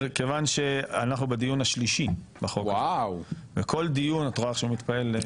מכיוון שהחוק הזה הולך לשנות את המנהג הקיים היום,